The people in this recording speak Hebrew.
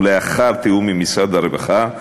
ולאחר תיאום עם משרד הרווחה,